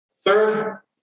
Third